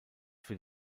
für